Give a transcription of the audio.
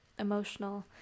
Emotional